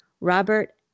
Robert